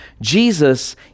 Jesus